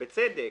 בצדק,